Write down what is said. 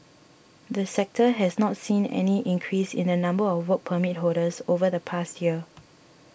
the sector has not seen any increase in the number of Work Permit holders over the past year